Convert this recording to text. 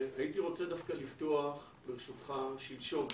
הייתי רוצה דווקא לפתוח, ברשותך, שלשום.